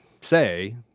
say